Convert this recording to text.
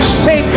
say